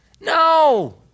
No